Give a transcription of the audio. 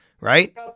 right